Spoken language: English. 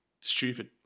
stupid